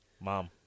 Mom